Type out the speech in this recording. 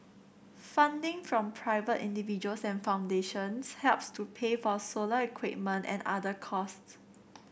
funding from private individuals and foundations helps to pay for solar equipment and other costs